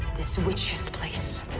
this witch's place.